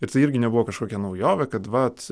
ir tai irgi nebuvo kažkokia naujovė kad vat